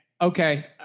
Okay